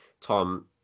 Tom